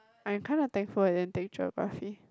I'm kinda thankful I didn't take geography